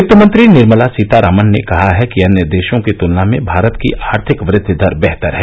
वित्तमंत्री निर्मला सीतारामन ने कहा है कि अन्य देशों की तुलना में भारत की आर्थिक वृद्धि दर बेहतर है